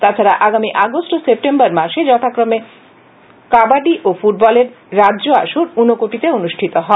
তাছাড়া আগামী আগস্ট ও সেপ্টেম্বর মাসে যখাক্রমে কাবাডি ও ফুটবলের রাজ্য আসর ঊনকোটিতে অনুষ্ঠিত হবে